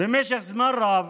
במשך זמן רב,